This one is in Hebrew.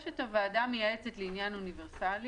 יש את הוועדה המייעצת לעניין אוניברסליות